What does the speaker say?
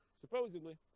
Supposedly